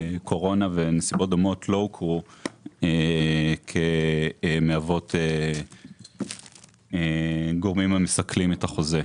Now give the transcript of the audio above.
קורונה ונסיבות דומות לא הוכרו כמהוות גורמים המסכלים את החוזה.